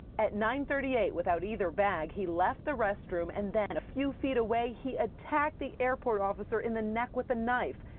at nine thirty eight, without either bag, he left the restroom and then a few feet away, he attacked the airport officer in the neck with a knife.